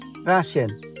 Russian